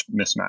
mismatch